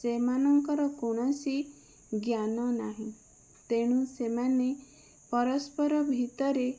ସେମାନଙ୍କର କୌଣସି ଜ୍ଞାନ ନାହିଁ ତେଣୁ ସେମାନେ ପରସ୍ପର ଭିତରେ